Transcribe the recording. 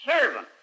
servant